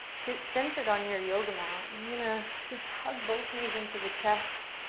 get centered on your yoga mat and you're gonna just hug both knees into the chest.